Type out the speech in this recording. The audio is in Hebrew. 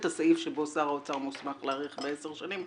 הסעיף שבו שר האוצר מוסמך להאריך בעשר שנים.